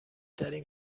ترین